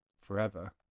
forever